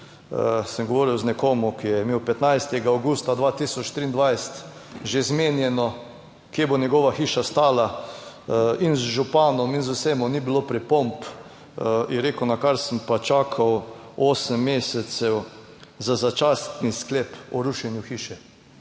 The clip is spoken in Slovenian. Sem govoril z nekom, ki je imel 15. avgusta 2023 že zmenjeno, kje bo njegova hiša stala in z županom in z vsemi ni bilo pripomb, je rekel, na kar sem pa čakal osem mesecev za začasni sklep o rušenju hiše.